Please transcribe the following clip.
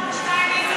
השר שטייניץ,